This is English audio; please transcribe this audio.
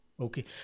okay